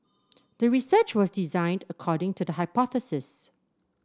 the research was designed according to the hypothesis